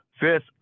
Fifth